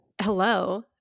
Hello